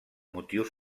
motius